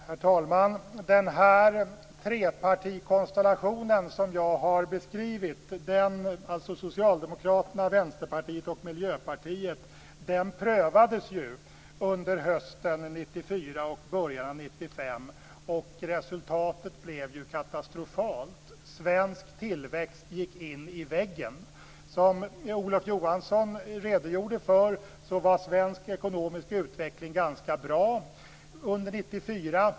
Herr talman! Den trepartikonstellation som jag har beskrivit, alltså Socialdemokraterna, Vänsterpartiet och Miljöpartiet, prövades ju under hösten 1994 och i början av 1995. Resultatet blev katastrofalt. Svensk tillväxt gick in i väggen. Som Olof Johansson redogjort för var svensk ekonomisk utveckling ganska bra under 1994.